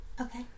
Okay